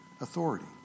authority